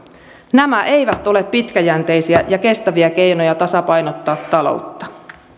nämä eivät ole pitkäjänteisiä ja kestäviä keinoja tasapainottaa taloutta